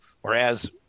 Whereas